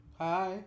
hi